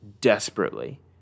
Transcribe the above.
desperately